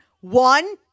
One